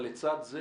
אבל לצד זה,